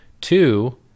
Two